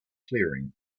clearing